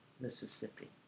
Mississippi